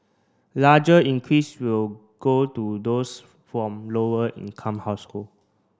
larger increase will go to those from lower income household